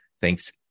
Thanks